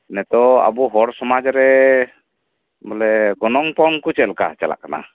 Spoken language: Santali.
ᱱᱤᱛᱚᱜ ᱟᱵᱚ ᱦᱚᱲ ᱥᱚᱢᱟᱡᱽ ᱨᱮ ᱵᱚᱞᱮ ᱜᱚᱱᱚᱝ ᱯᱚᱱ ᱠᱚ ᱪᱮᱫ ᱞᱮᱠᱟ ᱪᱟᱞᱟᱜ ᱠᱟᱱᱟ